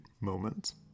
moments